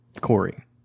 Corey